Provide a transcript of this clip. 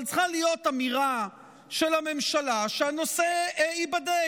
אבל צריכה להיות אמירה של הממשלה שהנושא ייבדק.